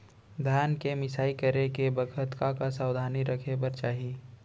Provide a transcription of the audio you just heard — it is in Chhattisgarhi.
धान के मिसाई करे के बखत का का सावधानी रखें बर चाही?